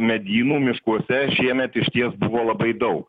medynų miškuose šiemet išties buvo labai daug